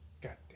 Goddamn